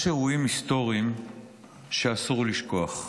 יש אירועים היסטוריים שאסור לשכוח,